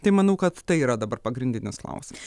tai manau kad tai yra dabar pagrindinis klausimas